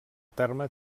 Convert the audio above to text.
terme